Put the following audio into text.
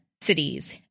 cities